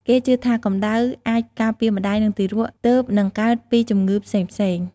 គេជឿថា កំដៅអាចការពារម្ដាយ និងទារកទើបនឹងកើតពីជំងឺផ្សេងៗ។